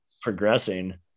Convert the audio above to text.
progressing